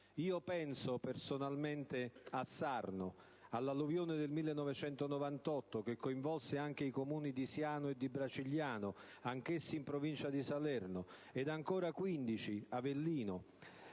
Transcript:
territorio: penso a Sarno, all'alluvione del 1998 che coinvolse anche i comuni di Siano e di Bracigliano, anch'essi in provincia di Salerno, ed ancora Quindici,